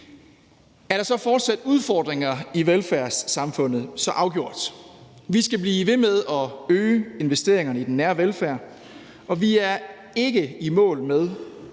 Er der så fortsat udfordringer i velfærdssamfundet? Så afgjort. Vi skal blive ved med at øge investeringerne i den nære velfærd, og vi er ikke i mål med